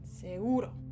Seguro